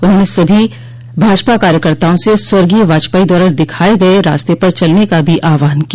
उन्होंने सभी भाजपा कार्यकर्ताओं से स्वर्गीय वाजपेयी द्वारा दिखाए गए रास्ते पर चलने का भी आह्वान किया